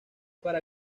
para